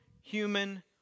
human